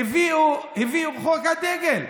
הביאו חוק הדגל,